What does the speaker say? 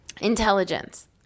Intelligence